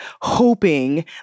hoping